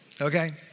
Okay